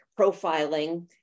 profiling